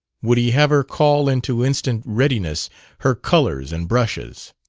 would he have her call into instant readiness her colors and brushes?